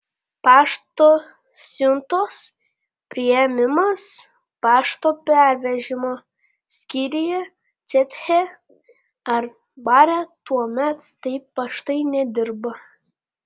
pašto siuntos priėmimas pašto pervežimo skyriuje ceche ar bare tuomet kai paštai nedirba